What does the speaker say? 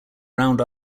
round